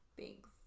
Thanks